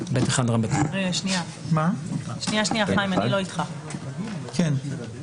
בבקשה את הנסיבות שהובילו לצורך בהסדר החוב וכן יצרף לבקשה את כל אלה: